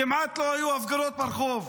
כמעט לא היו הפגנות ברחוב.